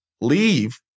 leave